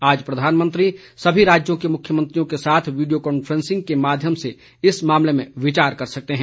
आज प्रधानमंत्री सभी राज्यों के मुख्यमंत्रियों के साथ वीडियों कॉन्फ्रॅसिंग के माध्यम से इस मामले में विचार कर सकते है